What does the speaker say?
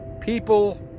people